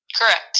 Correct